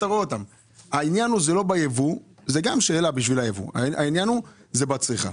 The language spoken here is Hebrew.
העניין הוא לא בייבוא, העניין הוא בצריכה.